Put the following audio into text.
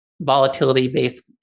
volatility-based